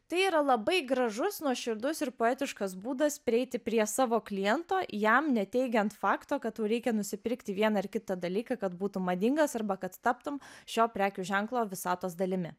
tai yra labai gražus nuoširdus ir poetiškas būdas prieiti prie savo kliento jam neteigiant fakto kad tau reikia nusipirkti vieną ar kitą dalyką kad būtų madingas arba kad taptum šio prekių ženklo visatos dalimi